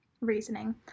reasoning